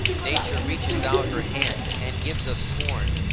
nature reaches out her hand and gives us corn,